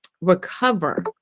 recover